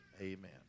Amen